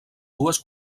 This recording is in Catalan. dues